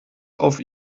auf